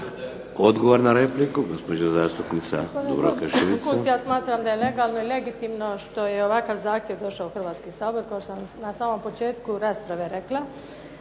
Odgovor na repliku, gospođa zastupnica Dubravka Šuica.